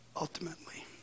ultimately